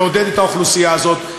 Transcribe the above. לעודד את האוכלוסייה הזו.